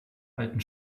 alten